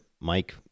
Mike